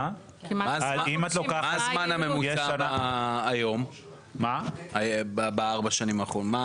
מה הזמן הממוצע היום בארבע שנים האחרונות?